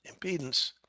impedance